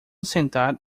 sentar